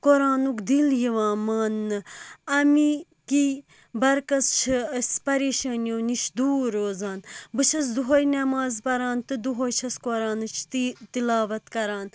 قۅرانُک دِل یِوان ماننہٕ اَمہِ کی بَرکتہٕ چھِ أسۍ پَریشٲنِیو نِش دوٗر روزان بہٕ چھَس دوہَے نٮ۪ماز پَران تہٕ دۄہَے چھَس قۅرانٕچ تہِ تِلاوَت کَران